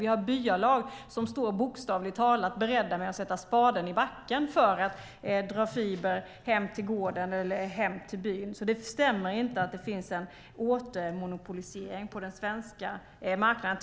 Vi har byalag som bokstavligt talat står beredda att sätta spaden i backen för att dra fiber hem till gården eller hem till byn, så det stämmer inte att det finns en återmonopolisering på den svenska marknaden.